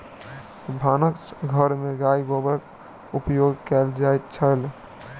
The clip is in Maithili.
भानस घर में गाय गोबरक उपयोग कएल जाइत छल